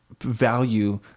value